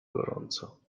gorąco